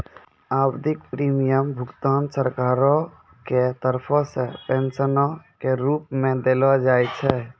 आवधिक प्रीमियम भुगतान सरकारो के तरफो से पेंशनो के रुप मे देलो जाय छै